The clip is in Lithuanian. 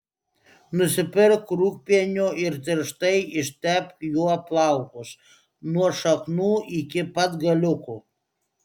nusipirk rūgpienio ir tirštai ištepk juo plaukus nuo šaknų iki pat galiukų